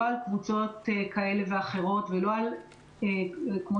ולא על קבוצות כאלה ואחרות ולא על כמו